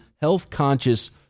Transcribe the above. health-conscious